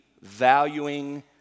valuing